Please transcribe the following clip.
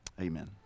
Amen